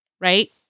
right